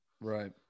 Right